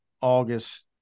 August